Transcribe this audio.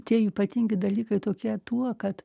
tie ypatingi dalykai tokie tuo kad